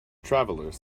travelers